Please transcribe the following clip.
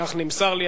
כך נמסר לי.